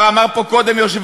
מאה אחוז.